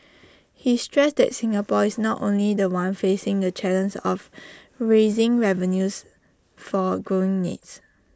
he stressed that Singapore is not only The One facing the char length of raising revenues for growing needs